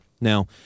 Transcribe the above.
Now